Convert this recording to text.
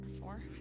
four